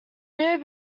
new